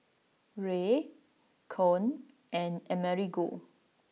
Rae Koen and Amerigo